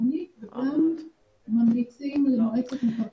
העדין בין צורכי הבנייה לשמירה על השטחים הפתוחים,